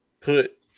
put